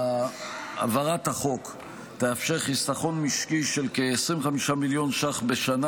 העברת החוק תאפשר חיסכון משקי של כ-25 מיליון ש"ח בשנה